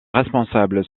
responsables